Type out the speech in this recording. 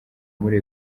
muri